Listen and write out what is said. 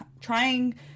trying